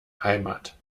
heimat